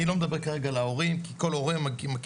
אני לא מדבר כרגע על ההורים כי כל הורה מכיר